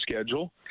schedule